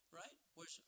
right